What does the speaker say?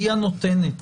היא הנותנת.